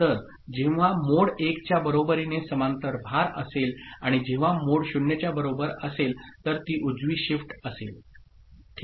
तर जेव्हा मोड 1 च्या बरोबरीने समांतर भार असेल आणि जेव्हा मोड 0 च्या बरोबर असेल तर ती उजवी शिफ्ट असेल